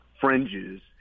fringes